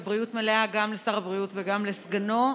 ובריאות מלאה גם לשר הבריאות וגם לסגנו.